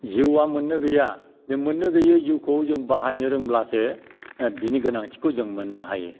जिउआ मोननो गैया बे मोननो गैयै जिउखौ जों बाहायनो रोंब्लासो बिनि गोनांथिखौ जों मोननो हायो